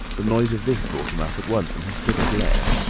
the noise of this brought him up at once, and he stood aglare.